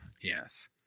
Yes